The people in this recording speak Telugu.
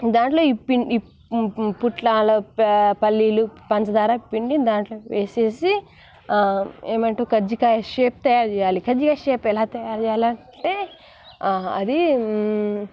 దాంట్లో ఈ పిండి ఈ పుట్నాలు ప పల్లీలు పంచదార పిండిని దాంట్లో వేసేసి ఏమంటారు కజ్జికాయ షేప్ తయారు చేయాలి కజ్జికాయ షేప్ ఎలా తయారు చేయాలంటే అది